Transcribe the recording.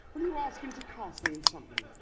will you ask him to cast me in sog.